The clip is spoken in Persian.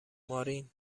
مارین